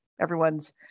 everyone's